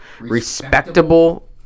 respectable